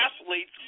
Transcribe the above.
athletes